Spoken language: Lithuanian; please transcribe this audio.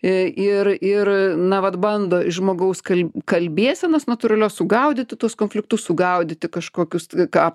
į ir ir na vat bando iš žmogaus kal kalbėsenos natūralios sugaudyti tuos konfliktus sugaudyti kažkokius ką